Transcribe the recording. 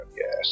yes